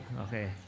Okay